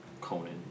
Conan